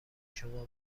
شما